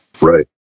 Right